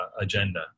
agenda